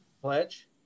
Pledge